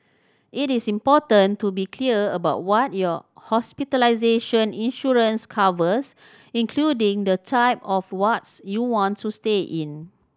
it is important to be clear about what your hospitalization insurance covers including the type of wards you want to stay in